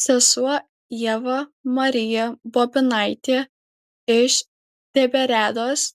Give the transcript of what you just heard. sesuo ieva marija bobinaitė iš tiberiados